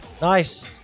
nice